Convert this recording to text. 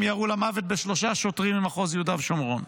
ירו למוות בשלושה שוטרים ממחוז יהודה ושומרון.